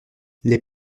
les